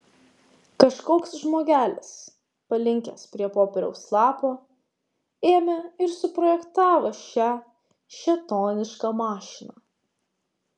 kažkoks žmogelis palinkęs prie popieriaus lapo ėmė ir suprojektavo šią šėtonišką mašiną